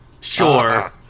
Sure